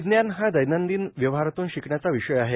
विज्ञान हा दैनंदिन व्यवहारातून शिकण्याचा विषय आहे